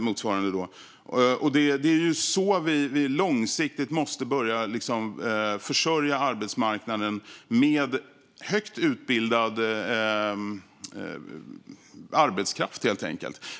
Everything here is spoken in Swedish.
Det är helt enkelt så vi långsiktigt måste börja försörja arbetsmarknaden med högt utbildad arbetskraft.